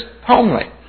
homely